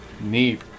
Neat